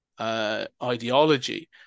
Ideology